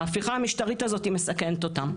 ההפיכה המשטרית הזאתי מסכנת אותם,